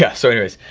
yeah so anyways,